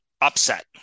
upset